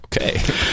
Okay